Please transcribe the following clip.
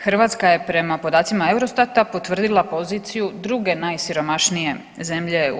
Hrvatska je prema podacima EUROSTAT-a potvrdila poziciju druge najsiromašnije zemlje u EU.